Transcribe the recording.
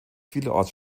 vielerorts